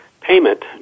payment